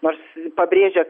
nors pabrėžia